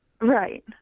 Right